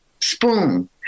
spoon